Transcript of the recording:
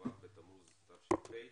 כ"ו בתמוז תש"ף.